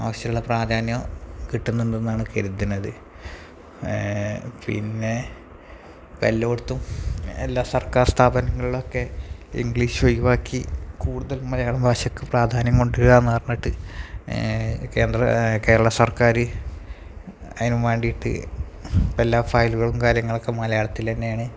ആവശ്യമുള്ള പ്രധാന്യം കിട്ടുന്നുണ്ടെന്നാണ് കരുതുന്നത് പിന്നെ ഇപ്പോള് എല്ലായിടത്തും എല്ലാ സർക്കാർ സ്ഥാപനങ്ങളിലൊക്കെ ഇംഗ്ലീഷ് ഒഴിവാക്കി കൂടുതൽ മലയാള ഭാഷയ്ക്കു പ്രാധാന്യം കൊണ്ടുവരാമെന്നു പറഞ്ഞിട്ട് കേന്ദ്ര കേരള സർക്കാർ അയനുമാണ്ടീറ്റ് ഇപ്പോള് എല്ലാ ഫയലുകളും കാര്യങ്ങളൊക്കെ മലയാളത്തിലന്നേണ്